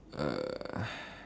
uh